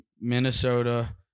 Minnesota